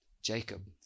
Jacob